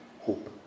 Hope